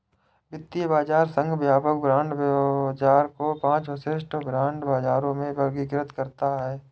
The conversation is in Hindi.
वित्तीय बाजार संघ व्यापक बांड बाजार को पांच विशिष्ट बांड बाजारों में वर्गीकृत करता है